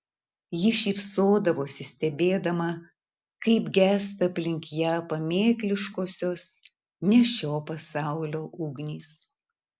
ji šypsodavosi stebėdama kaip gęsta aplink ją pamėkliškosios ne šio pasaulio ugnys